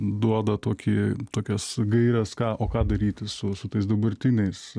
duoda tokį tokias gaires ką o ką daryti su su tais dabartiniais